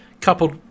coupled